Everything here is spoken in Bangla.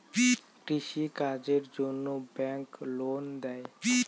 কৃষি কাজের জন্যে ব্যাংক লোন দেয়?